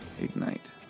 Ignite